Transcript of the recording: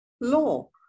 law